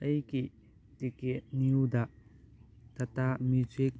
ꯑꯩꯒꯤ ꯇꯤꯛꯀꯦꯠ ꯅ꯭ꯌꯨꯗ ꯇꯥꯇꯥ ꯃ꯭ꯌꯨꯖꯤꯛ